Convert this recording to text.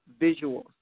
visuals